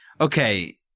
okay